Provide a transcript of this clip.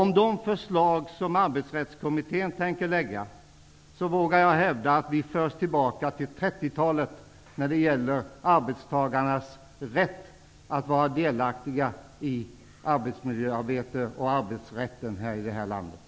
Om de förslag som Arbetsrättskommittén tänker lägga fram blir verklighet, vågar jag hävda att vi förs tillbaka till 30-talet när det gäller arbetstagarnas rätt att vara delaktiga i arbetsmiljöarbetet och arbetsrätten här i landet.